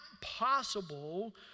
possible